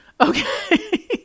Okay